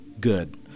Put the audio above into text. good